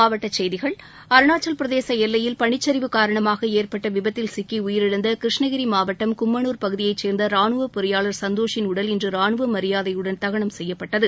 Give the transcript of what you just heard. மாவட்ட செய்திகள் அருணாச்சல பிரதேச எல்லையில் பனிச்சிவு காரணமாக ஏற்பட்ட விபத்தில் சிக்கி உயிரிழந்த கிரிஷ்ணகிரி மாவட்டம் கும்மனூர் பகுதியைச் சேர்ந்த ரானுவ பொறியாளர் சந்தோஷின் உடல் இன்று ரானுவ மியாதையுடன் தகனம் செய்யப்பட்டது